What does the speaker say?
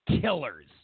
killers